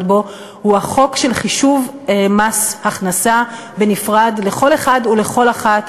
הוא החוק של חישוב מס הכנסה בנפרד לכל אחד ולכל אחת,